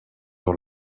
dans